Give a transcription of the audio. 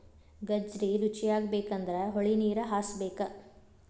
ಗಜ್ರಿ ರುಚಿಯಾಗಬೇಕಂದ್ರ ಹೊಳಿನೇರ ಹಾಸಬೇಕ